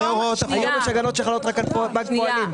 היום יש הגנות שחלות רק על בנק הפועלים.